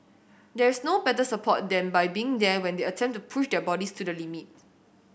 there's no better support than by being there when they attempt to push their bodies to the limit